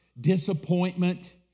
disappointment